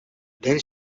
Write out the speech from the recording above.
then